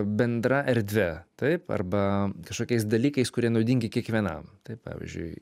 bendra erdve taip arba kažkokiais dalykais kurie naudingi kiekvienam taip pavyzdžiui